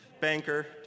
banker